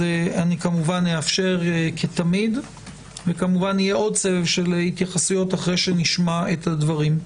כמובן אאפשר וכמובן שיהיה עוד סבב של התייחסות אחרי שנשמע את הדברים.